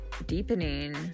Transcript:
deepening